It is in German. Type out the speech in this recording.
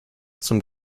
zum